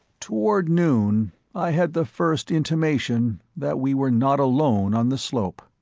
toward noon i had the first intimation that we were not alone on the slope.